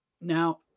Now